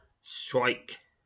strike